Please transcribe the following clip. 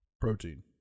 Protein